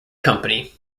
company